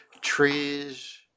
trees